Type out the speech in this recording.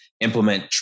implement